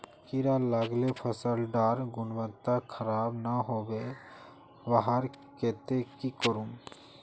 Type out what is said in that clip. कीड़ा लगाले फसल डार गुणवत्ता खराब ना होबे वहार केते की करूम?